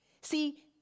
See